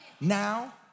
now